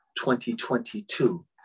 2022